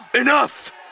Enough